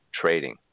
trading